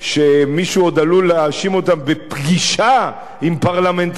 עוד עלול להאשים אותם בפגישה עם פרלמנטר ישראלי,